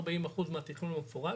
ארבעים אחוז מהתכנון המפורט.